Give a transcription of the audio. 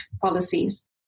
policies